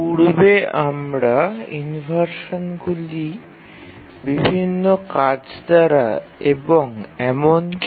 পূর্বে আমরা ইনভারশানগুলি বিভিন্ন কাজ দ্বারা কিভাবে হয় সেগুলি দেখেছি